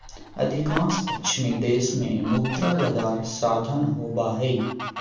अधिकांश पश्चिमी देश में मुद्रा बजार साधन होबा हइ